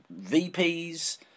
VPs